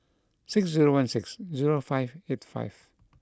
six zero one six zero five eight five